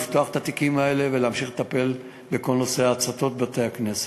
לפתוח את התיקים האלה ולהמשיך לטפל בכל נושא ההצתות של בתי-כנסת.